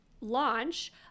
launch